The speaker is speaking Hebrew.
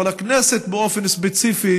אבל הכנסת באופן ספציפי,